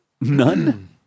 None